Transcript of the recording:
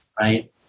right